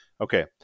Okay